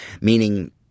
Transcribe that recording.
Meaning